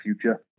future